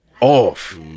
off